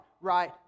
right